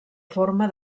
forma